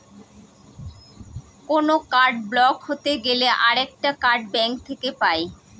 কোনো card block হতে গেলে আরেকটা কার্ড ব্যাঙ্ক থেকে পাই